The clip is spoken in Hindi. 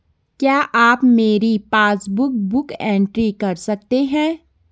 क्या आप मेरी पासबुक बुक एंट्री कर सकते हैं?